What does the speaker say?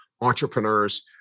entrepreneurs